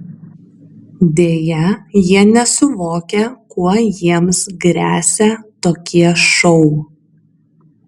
deja jie nesuvokia kuo jiems gresia tokie šou